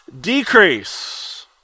decrease